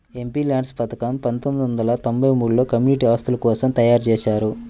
MPLADS పథకం పందొమ్మిది వందల తొంబై మూడులో కమ్యూనిటీ ఆస్తుల కోసం తయ్యారుజేశారు